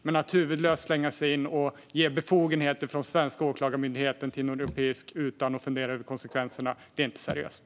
Men att huvudlöst slänga sig in och ge befogenheter från den svenska Åklagarmyndigheten till en europeisk utan att fundera över konsekvenserna är inte seriöst.